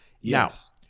Yes